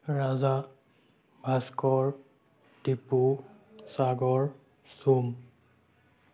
ৰাজা ভাস্কৰ দিপু সাগৰ চুম